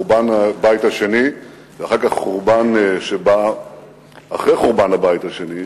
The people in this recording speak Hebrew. חורבן הבית השני ואחר כך חורבן שבא אחרי חורבן הבית השני,